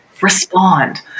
Respond